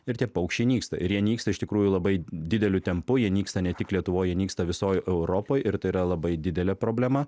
ir tie paukščiai nyksta ir jie nyksta iš tikrųjų labai dideliu tempu jie nyksta ne tik lietuvoj jie nyksta visoj europoj ir tai yra labai didelė problema